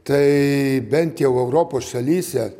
tai bent jau europos šalyse